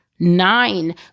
Nine